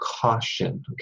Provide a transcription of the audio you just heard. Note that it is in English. caution